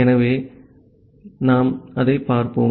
ஆகவே இப்போது நாம் அதைப் பார்ப்போம்